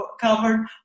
covered